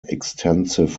extensive